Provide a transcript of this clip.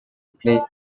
played